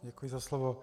Děkuji za slovo.